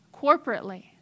corporately